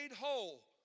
whole